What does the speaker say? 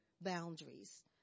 boundaries